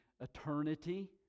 eternity